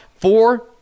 four